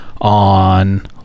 on